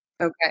Okay